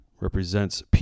represents